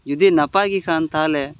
ᱡᱩᱫᱤ ᱱᱟᱯᱟᱭ ᱜᱮ ᱠᱷᱟᱱ ᱛᱟᱦᱚᱞᱮ